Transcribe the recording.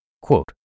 Quote